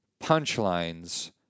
punchlines